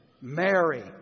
Mary